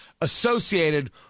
associated